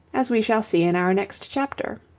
as we shall see in our next chapter.